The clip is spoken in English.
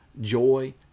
joy